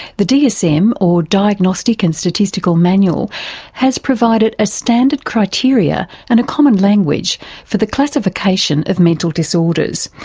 the dsm or diagnostic and statistical manual has provided a standard criteria and a common language for the classification of mental disorders,